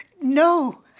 no